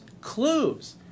clues